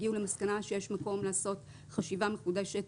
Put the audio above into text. הגיעו למסקנה שיש מקום לעשות חשיבה מחודשת